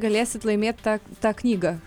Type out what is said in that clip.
galėsit laimėt tą tą knygą